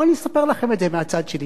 בואו אני אספר לכם את זה מהצד שלי.